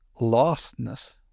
lostness